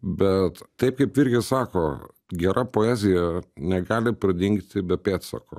bet taip kaip virgis sako gera poezija negali pradingti be pėdsako